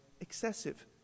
excessive